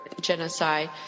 genocide